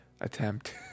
attempt